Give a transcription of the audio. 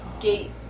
gate